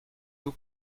vous